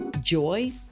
Joy